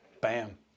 bam